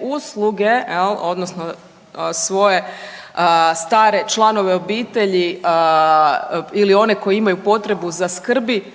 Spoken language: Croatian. l', odnosno svoje stare članove obitelji ili one koji imaju potrebu za skrbi,